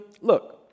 look